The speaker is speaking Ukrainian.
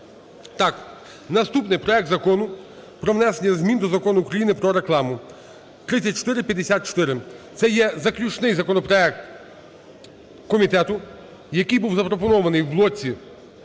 Так, наступний, проект Закону про внесення змін до Закону України "Про рекламу" (3454). Це є заключний законопроект комітету, який був запропонований в блоці